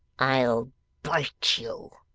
i'll bite you